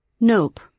nope